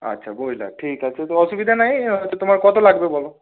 আচ্ছা ব্রয়লার ঠিক আছে তো অসুবিধা নাই তো তোমার কত লাগবে বলো